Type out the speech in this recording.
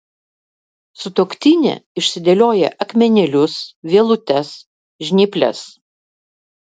sutuoktinė išsidėlioja akmenėlius vielutes žnyples